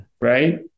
Right